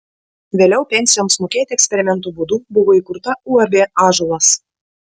vėliau pensijoms mokėti eksperimento būdu buvo įkurta uab ąžuolas